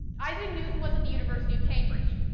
isaac newton was at the university of cambridge.